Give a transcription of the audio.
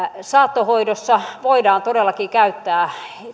saattohoidossa voidaan todellakin käyttää